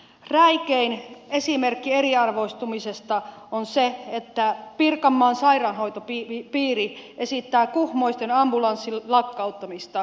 räikein esimerkki eriarvoistumisesta on se että pirkanmaan sairaanhoitopiiri esittää kuhmoisten ambulanssin lakkauttamista keski suomesta